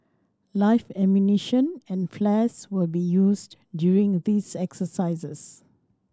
live ammunition and flares will be used during these exercises